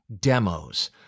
demos